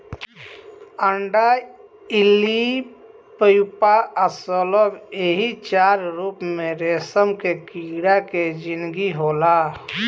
अंडा इल्ली प्यूपा आ शलभ एही चार रूप में रेशम के कीड़ा के जिनगी होला